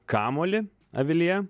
kamuolį avilyje